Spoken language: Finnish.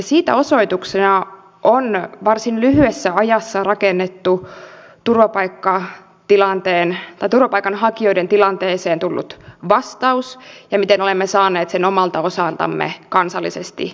siitä osoituksena on varsin lyhyessä ajassa rakennettu turvapaikanhakijoiden tilanteeseen tullut vastaus ja se miten olemme saaneet sen omalta osaltamme kansallisesti hallintaan